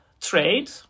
trade